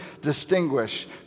distinguish